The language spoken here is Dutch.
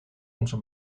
onze